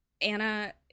Anna